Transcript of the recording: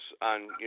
on